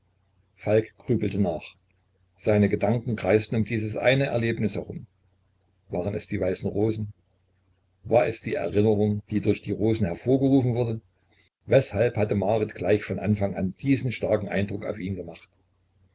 falk grübelte nach seine gedanken kreisten um dieses eine erlebnis herum waren es die weißen rosen war es die erinnerung die durch die rosen hervorgerufen wurde weshalb hatte marit gleich von anfang an diesen starken eindruck auf ihn gemacht